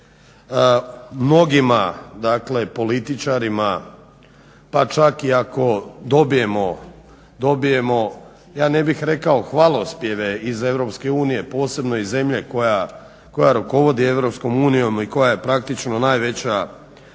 mnogim političarima pa čak i ako dobijemo ja ne bih rekao hvalospjeve iz Europske unije, posebno i zemlje koja rukovodi Europskom unijom i koja je praktično najveća